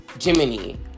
Jiminy